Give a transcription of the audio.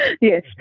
Yes